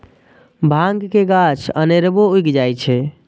भांग के गाछ अनेरबो उगि जाइ छै